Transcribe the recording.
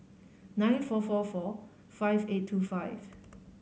nine four four four five eight two five